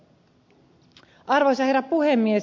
arvoisa herra puhemies